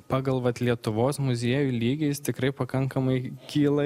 pagal vat lietuvos muziejų lygį jis tikrai pakankamai kyla